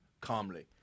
calmly